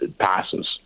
passes